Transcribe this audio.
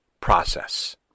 process